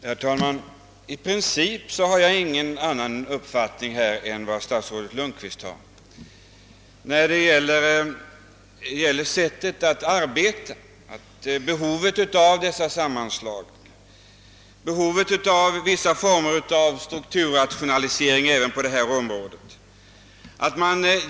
Herr talman! I princip har jag ingen annan uppfattning än statsrådet Lundkvist beträffande behovet av dessa sammanslagningar och av vissa former av strukturrationalisering även på detta område.